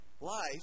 life